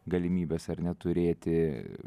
galimybes ar ne turėti